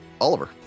Oliver